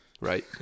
Right